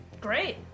Great